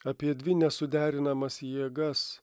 apie dvi nesuderinamas jėgas